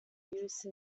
use